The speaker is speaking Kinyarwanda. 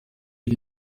iri